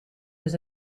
was